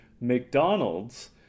McDonald's